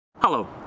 Hello